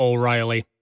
O'Reilly